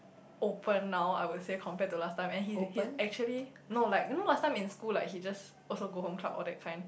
open now I would say compared to last time and he's he's actually no like you know last time in school like he just also go Home Club all that kind